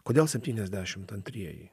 kodėl septyniasdešimt antrieji